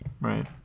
Right